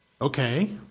Okay